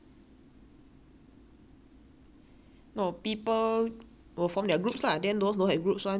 no people will form their groups lah then those don't have groups [one] people like the T_A the prof will just allocate lor